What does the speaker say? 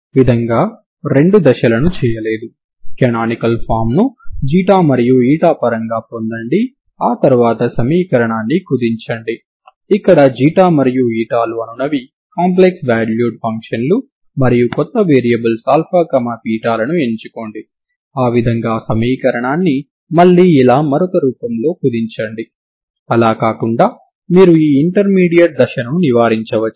మీరు ఈ రెండు సరిహద్దు షరతులను అందించినట్లయితే మీరు దీనిని బేసి లేదా సరి ఫంక్షన్ లుగా ఎంత చక్కగా పొడిగించవచ్చో మీరు చూశారు మరియు దీని పరిష్కారాన్ని డి' ఆలెంబెర్ట్ పరిష్కారం నుండి పొందవచ్చు